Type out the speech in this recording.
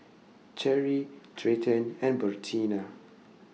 Cherri Treyton and Bertina